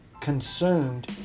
consumed